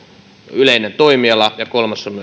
yleinen toimiala ja kolmas on